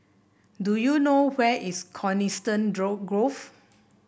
do you know where is Coniston Grove